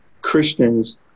Christians